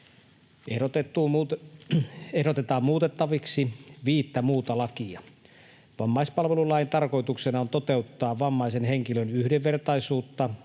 ehdotetaan muutettaviksi viittä muuta lakia. Vammaispalvelulain tarkoituksena on toteuttaa vammaisen henkilön yhdenvertaisuutta,